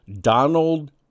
Donald